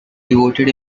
devoted